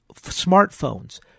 smartphones